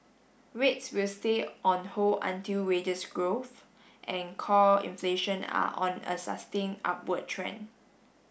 rates will stay on hold until wages growth and core inflation are on a sustain upward trend